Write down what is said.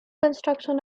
construction